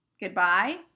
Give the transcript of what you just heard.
Goodbye